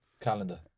calendar